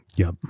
yup.